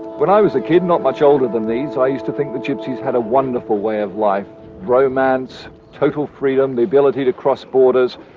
when i was a kid, not much older than these, i used to think the gypsies had a wonderful way of life romance, total freedom, the ability to cross borders.